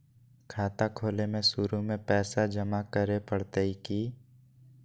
खाता खोले में शुरू में पैसो जमा करे पड़तई की?